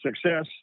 success